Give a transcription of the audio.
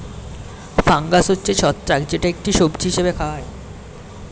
fungus হচ্ছে ছত্রাক যেটা একটি সবজি হিসেবে খাওয়া হয়